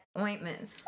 ointment